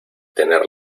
tener